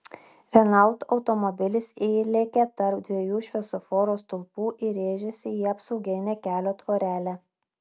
renault automobilis įlėkė tarp dviejų šviesoforo stulpų ir rėžėsi į apsauginę kelio tvorelę